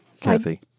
Kathy